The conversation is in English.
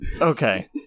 Okay